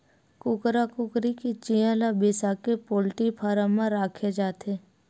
कुकरा कुकरी के चिंया ल बिसाके पोल्टी फारम म राखे जाथे